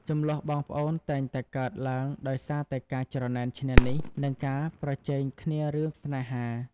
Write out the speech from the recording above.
ជម្លោះបងប្អូនតែងតែកើតឡើងដោយសារតែការច្រណែនឈ្នានីសនិងការប្រជែងគ្នារឿងស្នេហា។